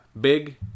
Big